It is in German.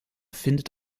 findet